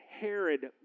Herod